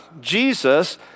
Jesus